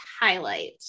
highlight